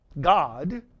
God